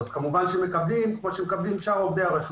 כמובן שמקבלים כפי שמקבלים שאר עובדי הרשות,